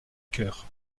cœur